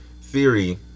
theory